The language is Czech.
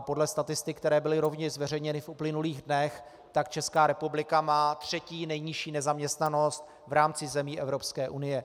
Podle statistik, které byly rovněž zveřejněny v uplynulých dnech, má Česká republika třetí nejnižší nezaměstnanost v rámci zemí Evropské unie.